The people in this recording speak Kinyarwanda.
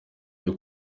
cyo